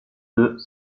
deux